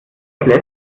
lässt